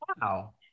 wow